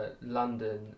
London